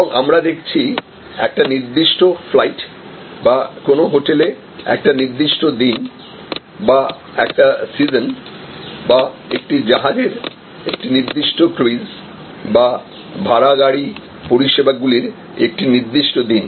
এবং আমরা দেখছি একটি নির্দিষ্ট ফ্লাইট বা কোন হোটেলে একটি নির্দিষ্ট দিন বা একটি সিজন বা একটি জাহাজের একটি নির্দিষ্ট ক্রুজ বা ভাড়া গাড়ি পরিষেবাগুলির একটি নির্দিষ্ট দিন